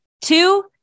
Two